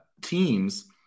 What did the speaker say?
teams